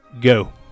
Go